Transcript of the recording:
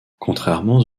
contrairement